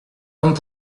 comme